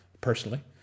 personally